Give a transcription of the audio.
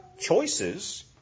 choices